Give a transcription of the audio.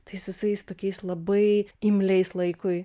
tais visais tokiais labai imliais laikui